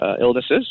illnesses